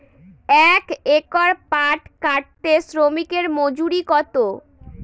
এক একর পাট কাটতে শ্রমিকের মজুরি কত?